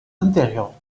intérieurs